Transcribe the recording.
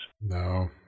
No